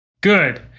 Good